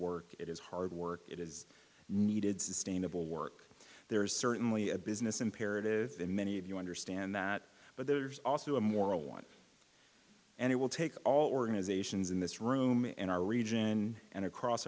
work it is hard work it is needed sustainable work there is certainly a business imperative many of you understand that but there's also a moral one and it will take all organizations in this room in our region and across